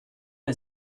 est